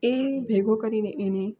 એ ભેગો કરીને એને